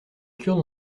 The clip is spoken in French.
kurdes